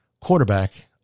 quarterback